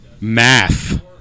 Math